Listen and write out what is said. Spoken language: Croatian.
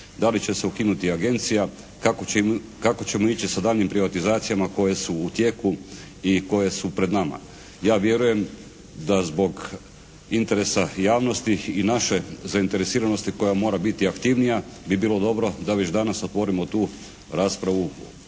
Da li će se ukinuti agencija? Kako ćemo ići sa daljnjim privatizacijama koje su u tijeku i koje su pred nama? Ja vjerujem da zbog interesa javnosti i naše zainteresiranosti koja mora biti aktivnija bi bilo dobro da već danas otvorimo tu raspravu